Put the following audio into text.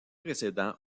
précédents